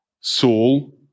Saul